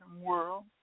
world